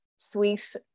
sweet